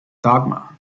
dogma